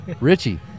Richie